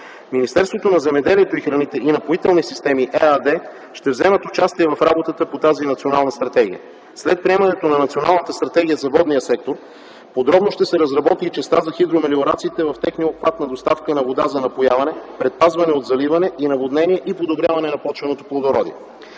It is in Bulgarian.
Министерството на земеделието и храните и „Напоителни системи” ЕАД ще вземат участие в работата по тази национална стратегия. След приемането на Националната стратегия за водния сектор подробно ще се разработи и частта за хидромелиорациите в техния обхват на доставка на вода за напояване, предпазване от заливане и наводнение и подобряване на почвеното плодородие.